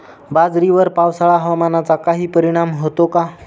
बाजरीवर पावसाळा हवामानाचा काही परिणाम होतो का?